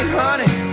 honey